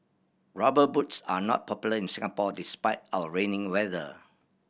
Rubber Boots are not popular in Singapore despite our rainy weather